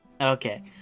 Okay